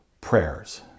prayers